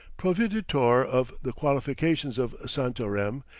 proveditore of the fortifications of santarem,